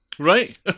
Right